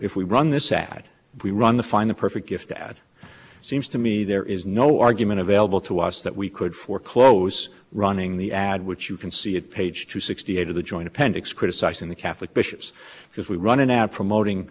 if we run this ad we run the find the perfect gift that seems to me there is no argument available to us that we could for close running the ad which you can see at page two sixty eight of the joint appendix criticizing the catholic bishops because we run an ad